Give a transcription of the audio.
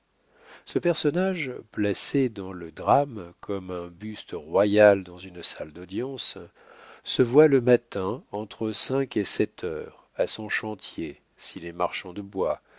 ce personnage placé dans le drame comme un buste royal dans une salle d'audience se voit le matin entre cinq et sept heures à son chantier s'il est marchand de bois